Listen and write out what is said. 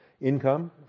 income